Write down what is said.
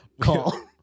call